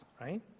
right